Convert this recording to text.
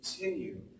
continue